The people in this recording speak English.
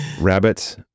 rabbits